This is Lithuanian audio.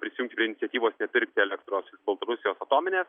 prisijungti prie iniciatyvos nepirkti elektros iš baltarusijos atominės